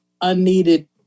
unneeded